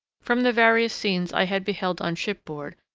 from the various scenes i had beheld on shipboard,